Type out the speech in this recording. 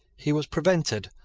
he was prevented,